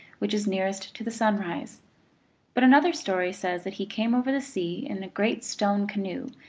which is nearest to the sunrise but another story says that he came over the sea in a great stone canoe,